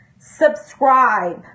subscribe